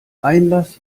einlass